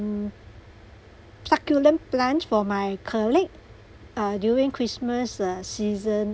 mm succulent plant for my colleague ah during christmas uh season